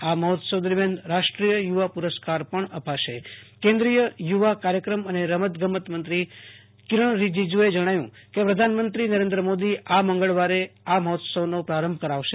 આ મહોત્સવ દરમિયાન રાષ્ટ્રીય યુવા પુ રસ્કાર પણ અપાશે કેન્દ્રીય યુ વા કાર્યક્રમ અને રમતમંત્રી કિરણ રીજ્જુએ જણાવ્યુ કે પ્રધાનમંત્રી નરેન્દ્ર મોદી આ મંગળવારે આ મહોત્સવનો પ્રારંભ કરાવશે